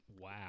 Wow